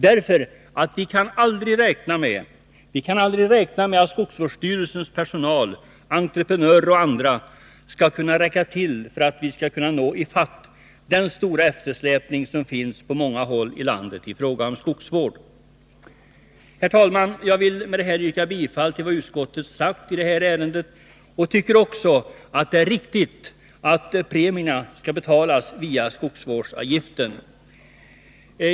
Vi kan nämligen aldrig Ett trygghetspaket räkna med att skogsvårdsstyrelsens personal, entreprenörer och andra skall kunna räcka till för att vi skall kunna komma ifatt den stora eftersläpning som råder på många håll i landet i fråga om skogsvård. Herr talman! Jag vill med det anförda yrka bifall till vad utskottet sagt i det här ärendet och tycker också att det är riktigt att premierna skall betalas via skogsvårdsavgiften.